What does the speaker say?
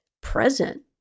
present